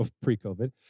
pre-COVID